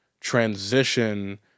transition